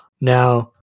Now